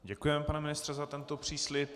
Děkujeme, pane ministře, za tento příslib.